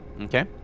Okay